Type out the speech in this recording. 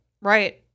Right